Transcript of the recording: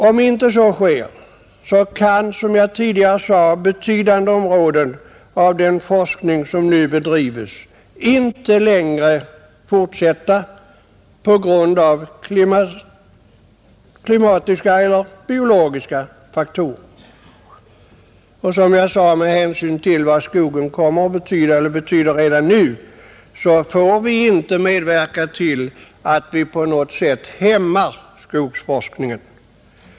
Om inte så sker kan, som jag tidigare sade, betydande områden av den forskning som nu bedrivs inte längre fortsätta på grund av klimatiska eller biologiska faktorer. Med hänsyn till vad skogen redan nu betyder och vad den kommer att betyda får vi inte medverka till att skogsforskningen på något sätt hämmas.